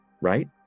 right